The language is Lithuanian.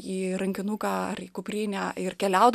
į rankinuką ar į kuprinę ir keliaut